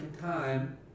time